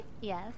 yes